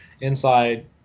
inside